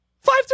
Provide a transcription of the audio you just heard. Five